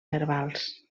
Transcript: verbals